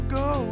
go